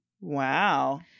Wow